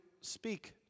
speak